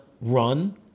run